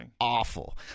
awful